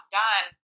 done